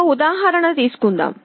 ఒక ఉదాహరణ తీసుకుందాం